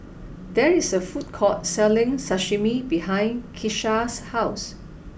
there is a food court selling Sashimi behind Kisha's house